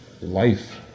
life